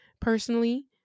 personally